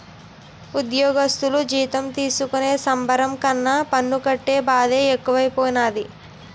ఉజ్జోగస్థులు జీతం తీసుకునే సంబరం కన్నా పన్ను కట్టే బాదే ఎక్కువైపోనాది